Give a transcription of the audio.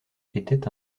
était